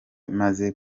maze